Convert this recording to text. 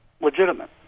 legitimate